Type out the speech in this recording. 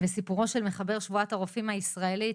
וסיפורו של מחבר שבועת הרופאים הישראלית,